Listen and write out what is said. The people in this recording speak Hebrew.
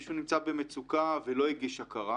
שמישהו נמצא במצוקה ולא הגיש בקשה להכרה,